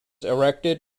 erected